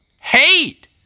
hate